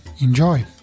Enjoy